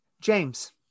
james